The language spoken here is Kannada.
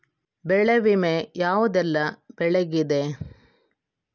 ಬೆಳೆ ವಿಮೆ ಯಾವುದೆಲ್ಲ ಬೆಳೆಗಿದೆ?